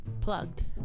Plugged